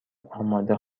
آماده